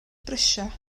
brysia